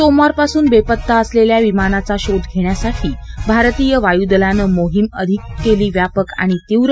सोमवारपासून बेपत्ता असलेल्या विमानाचा शोध घेण्यासाठी भारतीय वायुदलानं मोहीम केली अधिक व्यापक आणि तीव्र